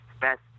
best